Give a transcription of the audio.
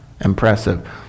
impressive